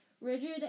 rigid